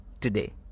today